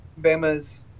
Bama's